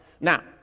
Now